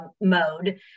mode